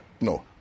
No